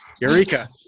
Eureka